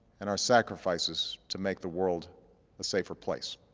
and our sacrifices to make the world a safer place.